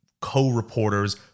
co-reporters